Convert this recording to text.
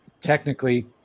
Technically